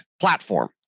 platform